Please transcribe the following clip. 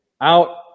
out